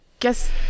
guess